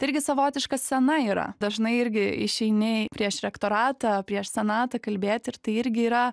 tai irgi savotiška scena yra dažnai irgi išeini prieš rektoratą prieš senatą kalbėt ir tai irgi yra